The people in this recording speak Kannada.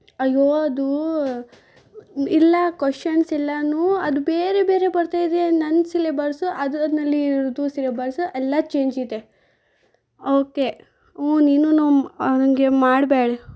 ಅಯ್ಯೋ ಅದು ಇಲ್ಲ ಕೋಷನ್ಸ್ ಎಲ್ಲಾನೂ ಅದು ಬೇರೆ ಬೇರೆ ಬರ್ತಾ ಇದೆ ನನ್ನ ಸಿಲೆಬಸು ಅದರ್ನಲ್ಲಿ ಇರೋದು ಸಿಲೆಬಸ ಎಲ್ಲ ಚೇಂಜ್ ಇದೆ ಓಕೆ ಊಂ ನೀನೂ ಹಾಗೆ ಮಾಡ್ಬೇಡ